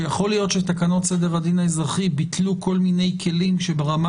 שיכול להיות שתקנות סדר הדין האזרחי ביטלו כל מיני כלים שברמה